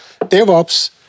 DevOps